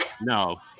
No